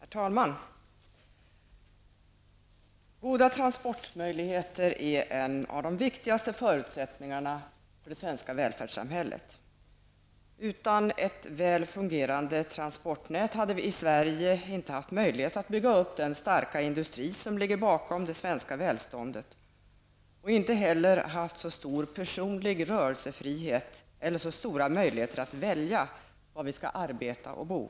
Herr talman! Goda transportmöjligheter är en av de viktigaste förutsättningarna för det svenska välfärdssamhället. Utan ett väl fungerande transportnät hade vi i Sverige inte haft möjlighet att bygga upp den starka industri som ligger bakom det svenska välståndet, och inte heller hade vi haft så stor personlig rörelsefrihet eller så stora möjligheter att välja var vi skall arbeta och bo.